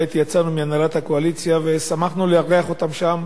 כעת יצאנו מהנהלת הקואליציה ושמחנו לארח אותם שם